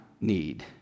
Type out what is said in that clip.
need